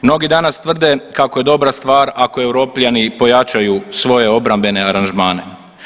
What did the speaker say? Mnogi danas tvrde kako je dobra stvar ako Europljani pojačaju svoje obrambene aranžmane.